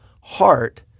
heart